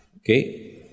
Okay